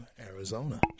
Arizona